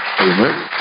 Amen